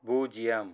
பூஜ்யம்